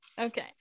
Okay